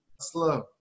slow